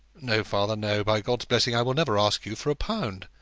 no, father no. by god's blessing i will never ask you for a pound.